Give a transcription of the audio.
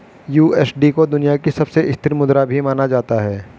USD को दुनिया की सबसे स्थिर मुद्रा भी माना जाता है